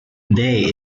they